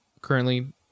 currently